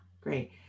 great